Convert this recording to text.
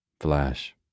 Flash